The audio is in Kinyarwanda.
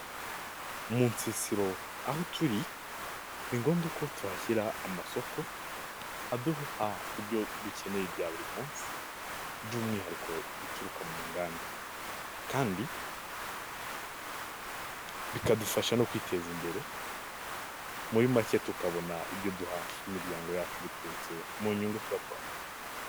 Mu nsinsiro aho turi, ni ngombwa ko tuhashyira amasoko aduha ibyo dukeneye bya buri munsi by'umwihariko bituruka mu nganda, kandi bikadufasha no kwiteza imbere muri make tukabona ibyo duha imiryango yacu biturutse mu nyungu tuba twakoze.